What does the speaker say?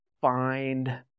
find